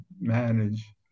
manage